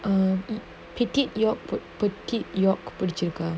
err petite your put put it yolk புடிச்சிருக்கா:pudichirukaa